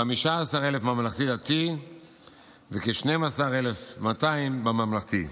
15,000 ממלכתי-דתי וכ-12,200 בממלכתי.